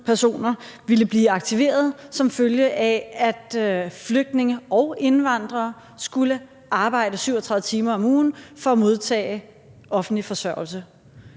ville blive aktiveret som følge af, at flygtninge og indvandrere skulle arbejde 37 timer om ugen for at modtage offentlig forsørgelse.